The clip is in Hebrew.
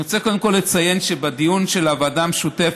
אני רוצה קודם כול לציין שבדיון של הוועדה המשותפת,